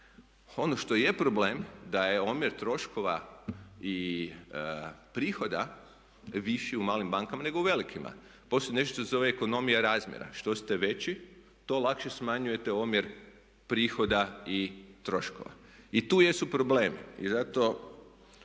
Ono što je problem da je omjer troškova i prihoda viši u malim bankama nego u velikima. Postoji nešto što se zove ekonomija razmjera, što ste veći, to lakše smanjujete omjer prihoda i troškova. I tu jesu problemi.